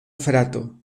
frato